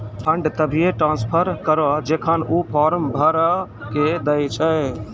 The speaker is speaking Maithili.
फंड तभिये ट्रांसफर करऽ जेखन ऊ फॉर्म भरऽ के दै छै